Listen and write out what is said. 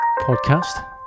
podcast